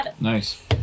Nice